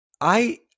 I